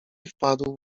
wpadł